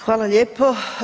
Hvala lijepo.